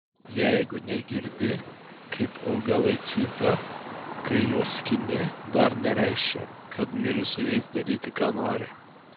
jeigu negirdi kaip augalai cypia kai juos skini dar nereiškia kad gali su jais daryti ką nori